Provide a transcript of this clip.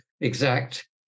exact